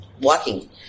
walking